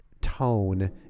tone